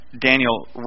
Daniel